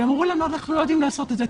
והם אמרו לנו, אנחנו לא יודעים לעשות את זה.